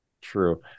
True